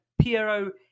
Piero